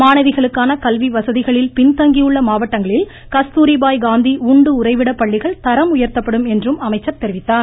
மாணவிகளுக்கான கல்வி வசதிகளில் பின்தங்கியுள்ள மாவட்டங்களில் கஸ்தூரிபாய் காந்தி உண்டு உறைவிட பள்ளிகள் தரம் உயர்த்தப்படும் என்றும் அமைச்சர் தெரிவித்தார்